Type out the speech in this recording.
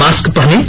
mask पहनें